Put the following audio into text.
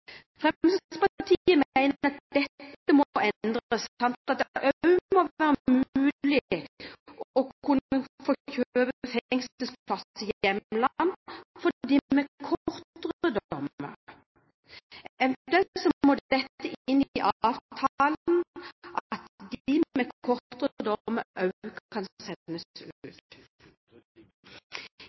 mener at dette må endres, samt at det også må være mulig å kunne få kjøpe fengselsplasser i hjemlandet for dem med kortere dommer. Eventuelt må det inn i avtalen at de med kortere